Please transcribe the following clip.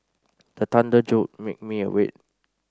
the thunder jolt make me awake